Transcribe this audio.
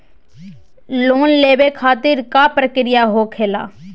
Loan लेवे खातिर का का प्रक्रिया होखेला?